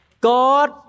God